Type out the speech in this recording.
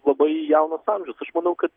labai jaunas amžius aš manau kad